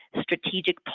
strategic